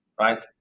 right